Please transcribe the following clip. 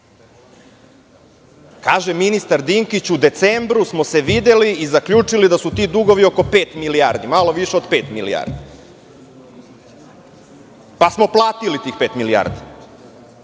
Kaže ministar Dinkić u decembru smo se videli i zaključili da su ti dugovi oko pet milijardi, malo više od pet milijardi. Zatim smo platili tih pet milijardi,